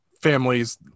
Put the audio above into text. families